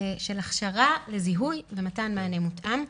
של הכשרה לזיהוי ומתן מענה מותאם.